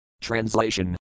Translation